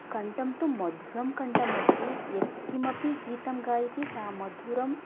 कण्ठं तु मधुरं कण्ठम् अस्ति यत्किमपि गीतं गायति सः मधुरम्